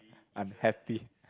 unhappy